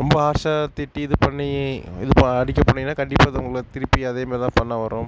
ரொம்ப ஹார்ஷாக திட்டி இது பண்ணி இது ப அடிக்க போனீங்கன்னால் கண்டிப்பாக அது உங்களை திருப்பி அதே மாதிரிதான் பண்ண வரும்